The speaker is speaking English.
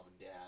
dad